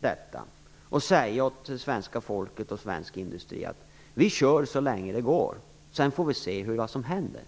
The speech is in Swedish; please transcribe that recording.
detta, och säga till det svenska folket och till den svenska industrin: vi kör så länge det går, och sedan får vi se vad som händer.